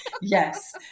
Yes